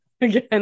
again